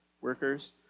workers